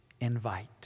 Invite